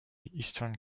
eastern